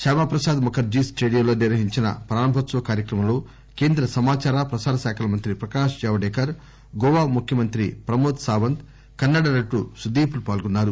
Sam Prasad Mukherjee stadium లో నిర్వహించిన ప్రారంభోత్సవ కార్యక్రమంలో కేంద్ర సమాచార ప్రసారాల శాఖ మంత్రి ప్రకాశ్ జవడేకర్ గోవా ముఖ్యమంత్రి ప్రమోద్ సావంత్ కన్నడ నటుడు సుదీప్ లు పాల్గొన్నారు